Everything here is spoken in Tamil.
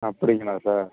அப்படிங்களா சார்